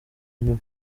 nyuma